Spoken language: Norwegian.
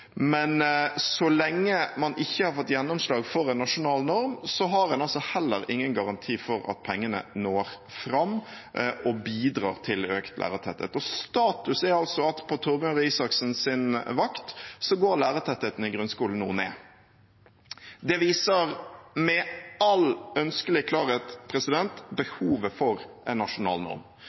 Men så lenge man ikke har fått gjennomslag for en nasjonal norm, har en altså heller ingen garanti for at pengene når fram og bidrar til økt lærertetthet, og status er altså at på Torbjørn Røe Isaksens vakt går lærertettheten i grunnskolen noe ned. Det viser med all ønskelig klarhet behovet for en nasjonal norm,